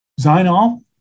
Zainal